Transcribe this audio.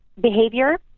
behavior